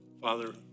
Father